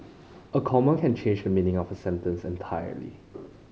a comma can change the meaning of a sentence entirely